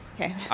Okay